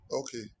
Okay